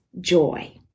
joy